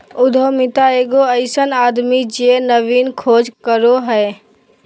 उद्यमिता एगो अइसन आदमी जे नवीन खोज करो हइ